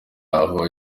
aho